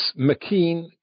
McKean